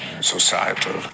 societal